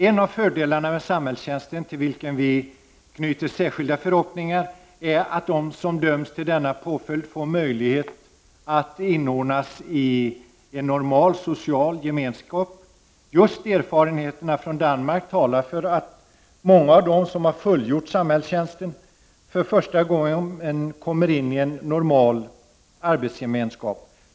En av av de fördelar med samhällstjänsten till vilken vi knyter särskilda förhoppningar är att de som döms till denna påföljd får möjlighet att inordnas i en normal social gemenskap. Just erfarenheterna från Danmark talar om att många av dem som har fullgjort samhällstjänst för första gången kom in i en ”normal” arbetsgemenskap.